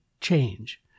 change